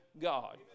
God